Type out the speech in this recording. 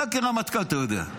אתה, כרמטכ"ל, אתה יודע.